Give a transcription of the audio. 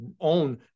own